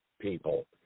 people